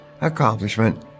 accomplishment